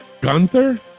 gunther